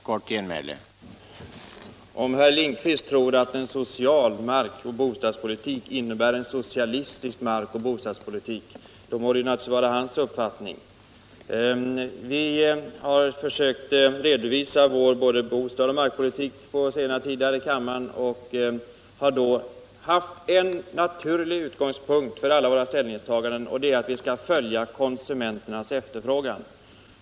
Herr talman! Om herr Lindkvist tror att en social markoch bostadspolitik innebär en socialistisk markoch bostadspolitik må det naturligtvis vara hans uppfattning. Vi har försökt redovisa både vår bostadsoch vår markpolitik på senare tid här i kammaren och har då haft en naturlig utgångspunkt för alla våra ställningstaganden, nämligen att vi skall följa konsumenternas efterfrågan.